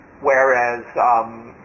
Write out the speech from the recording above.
whereas